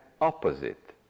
opposite